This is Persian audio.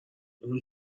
اون